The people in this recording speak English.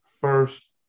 first